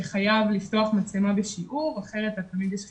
שחייב לפתוח מצלמה בשיעור אחרת לתלמיד יש חיסור.